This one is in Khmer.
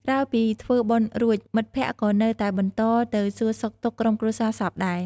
ក្រោយពីធ្វើបុណ្យរួច មិត្តភក្តិក៏នៅតែបន្តទៅសួរសុខទុក្ខក្រុមគ្រួសារសពដែរ។